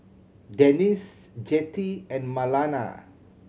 Denisse Jettie and Marlana